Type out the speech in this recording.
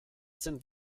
sind